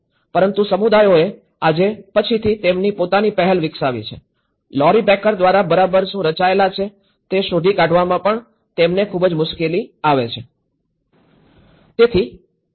પરંતુ સમુદાયોએ આજે પછીથી તેમની પોતાની પહેલ વિકસાવી છે લૌરી બેકર દ્વારા બરાબર શું રચાયેલ છે તે શોધી કાઢવામાં પણ તેમને ખૂબ જ મુશ્કેલી આવે છે